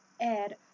add